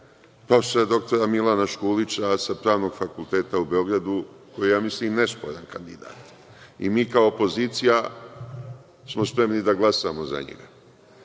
prof. dr Milana Škulića, sa Pravnog fakulteta u Beogradu, koji je mislim nesporan kandidat i mi, kao opozicija, smo spremni da glasamo za njega. Imamo